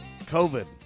COVID